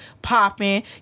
popping